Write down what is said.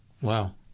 Wow